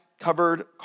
covered